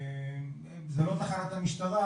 א.ש: זה לא תחנת המשטרה,